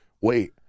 wait